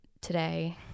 today